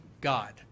God